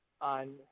on